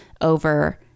over